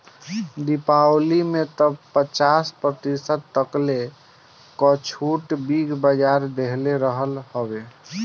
दीपावली में तअ पचास प्रतिशत तकले कअ छुट बिग बाजार देहले रहल हवे